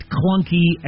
clunky